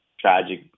tragic